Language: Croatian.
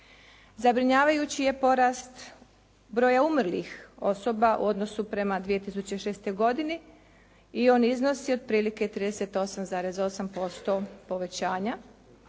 Zabrinjavajući je porast broja umrlih osoba u odnosu prema 2006. godini i on iznosi otprilike 38,8% povećanja